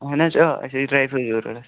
اَہَن حظ آ اَسہِ ٲسۍ ڈرٛاے فرٛوٗٹ ضروٗرت